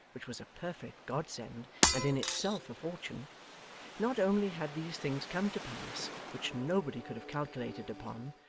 which was a perfect god-send and in itself a fortune not only had these things come to pass which nobody could have calculated upon,